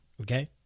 Okay